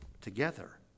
together